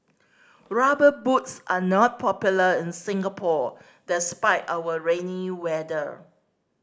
Rubber Boots are not popular in Singapore despite our rainy weather